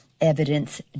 evidence